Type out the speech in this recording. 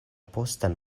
postan